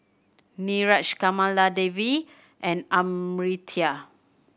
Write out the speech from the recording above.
Niraj Kamaladevi and Amartya